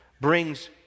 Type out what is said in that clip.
brings